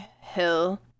Hill